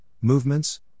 movements